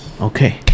okay